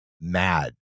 mad